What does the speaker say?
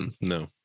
No